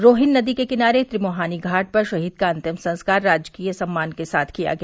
रोहिन नदी के किनारे त्रिमोहानी घाट पर शहीद का अंतिम संस्कार राजकीय सम्मान के साथ किया गया